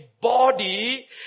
body